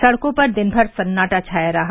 सड़कों पर दिन भर सन्नाटा रहा